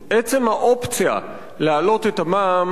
עצם האופציה להעלות את המע"מ,